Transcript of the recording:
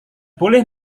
boleh